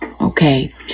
Okay